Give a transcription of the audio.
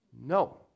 No